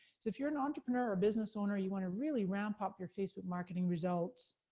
if you're an entrepreneur or business owner, you wanna really ramp up your facebook marketing results,